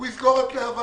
הוא יסגור את להב"ה.